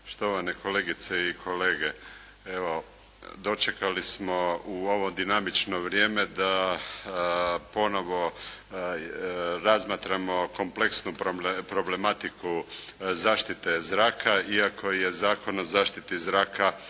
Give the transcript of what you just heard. štovane kolegice i kolege. Evo dočekali smo u ovo dinamično vrijeme da ponovo razmatramo kompleksnu problematiku zaštite zraka iako je Zakon o zaštiti zraka